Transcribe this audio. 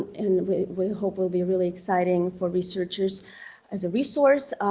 and we we hope will be really exciting for researchers as a resource.